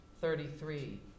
thirty-three